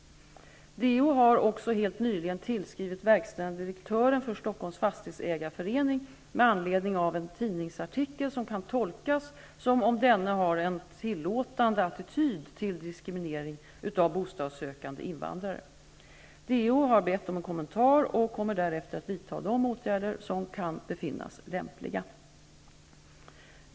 DO har också helt nyligen tillskrivit verkställande direktören för Stockholms fastighetsägareförening med anledning av en tidningsartikel som kan tolkas så, att denne har en tillåtande attityd till diskriminering av bostadssökande invandrare. DO har bett om en kommentar och kommer därefter att vidtaga de åtgärder som kan befinnas lämpliga.